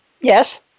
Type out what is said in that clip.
yes